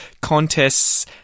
contests